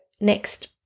next